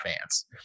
fans